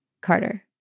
Carter